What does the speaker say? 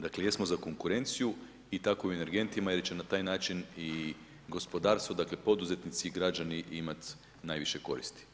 Dakle, jesmo za konkurenciju i takovim energentima, jer će na taj način i gospodarstvo, dakle, poduzetnici, građani imati najviše koristi.